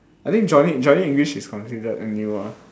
I think Johnny Johnny English is considered new one